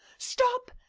stop!